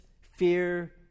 fear